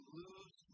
lose